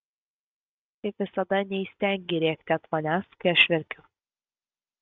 kaip visada neįstengei rėkti ant manęs kai aš verkiu